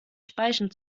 speichen